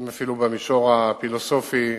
אם אפילו במישור הפילוסופי,